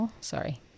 Sorry